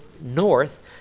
north